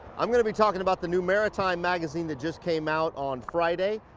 i'm gonna be talking about the new maratime magazine that just came out on friday.